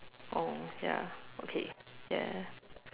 oh ya okay yeah